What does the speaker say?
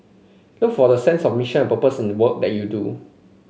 look for the sense of mission and purpose in the work that you do